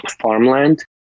farmland